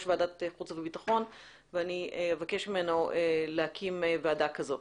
ועדת חוץ וביטחון ואני אבקש ממנו להקים ועדה כזאת.